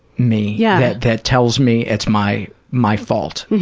me yeah that tells me it's my my fault.